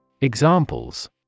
Examples